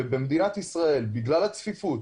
במדינת ישראל, בגלל הצפיפות,